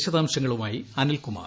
വിശദാംശങ്ങളുമായി അനിൽകുമാർ